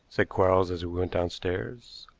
said quarles as we went downstairs.